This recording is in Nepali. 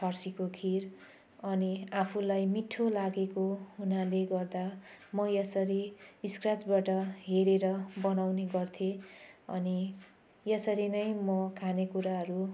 फर्सीको खिर अनि आफूलाई मिठो लागेको हुनाले गर्दा म यसरी स्क्राचबाट हेरेर बनाउने गर्थेँ अनि यसरी नै म खाने कुराहरू